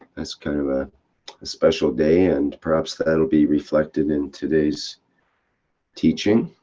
that's kind of a special day and perhaps that'll be reflected in today's teaching.